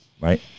right